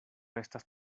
estas